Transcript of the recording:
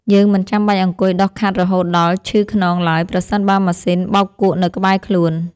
យើងមិនចាំបាច់អង្គុយដុសខាត់រហូតដល់ឈឺខ្នងឡើយប្រសិនបើមានម៉ាស៊ីនបោកគក់នៅក្បែរខ្លួន។